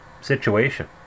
situation